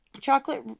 Chocolate